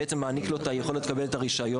שמעניק לו את היכולת לקבל את הרישיון.